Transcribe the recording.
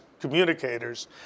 communicators